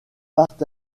partent